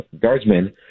Guardsmen